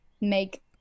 make